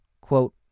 quote